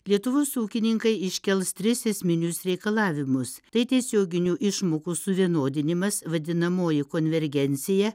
lietuvos ūkininkai iškels tris esminius reikalavimus tai tiesioginių išmokų suvienodinimas vadinamoji konvergencija